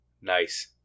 nice